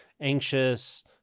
anxious